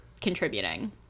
contributing